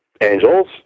angels